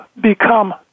become